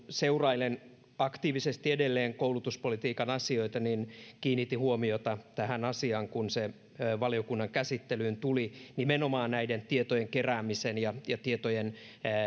seurailen aktiivisesti edelleen koulutuspolitiikan asioita niin kiinnitin huomiota tähän asiaan kun se valiokunnan käsittelyyn tuli nimenomaan näiden tietojen keräämisen ja ja tietojen